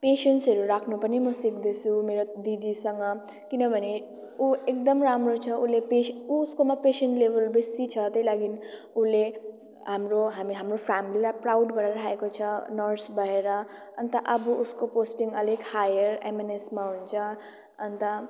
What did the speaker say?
पेसेन्सहरू राख्नु पनि म सिक्दैछु मेरो दिदीसँग किनभने ऊ एकदम राम्रो छ उसले पो ऊ उसकोमा पेसेन्स लेबल बेसी छ त्यही लागि उसले हाम्रो हामी हाम्रो फ्यामिलीलाई प्राउड गराइरहेको छ नर्स भएर अन्त अब उसको पोस्टिङ अलिक हायर एमएनएसमा हुन्छ अन्त